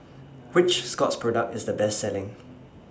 Which Scott's Product IS The Best Selling